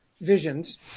visions